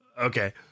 Okay